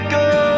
go